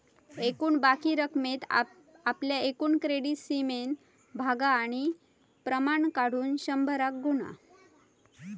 एकूण बाकी रकमेक आपल्या एकूण क्रेडीट सीमेन भागा आणि प्रमाण काढुक शंभरान गुणा